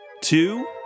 Two